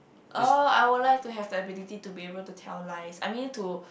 oh I would like to have the ability to be able to tell lies I mean to